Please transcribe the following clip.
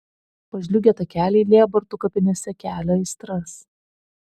pažliugę takeliai lėbartų kapinėse kelia aistras